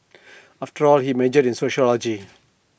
after all he majored in sociology